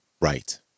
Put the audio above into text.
right